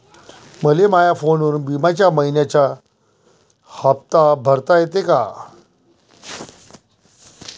मले माया फोनवरून बिम्याचा मइन्याचा हप्ता भरता येते का?